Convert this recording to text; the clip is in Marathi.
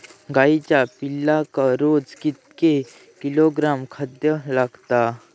गाईच्या पिल्लाक रोज कितके किलोग्रॅम खाद्य लागता?